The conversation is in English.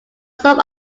some